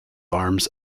arms